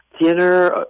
Dinner